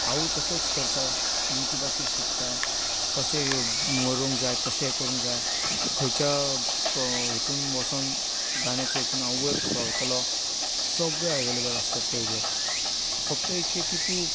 हांवूय तसोच करता यूट्यूबाचेर शिकता कशें म्हणूंक जाय कशें करूंक जाय खंयच्या हातूंत वचून गाण्याचे हातूंत हांव वयर सरतलों सगळें अवेलेबल आसता तें हाचेर फक्त एक की तूं